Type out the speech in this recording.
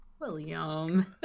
William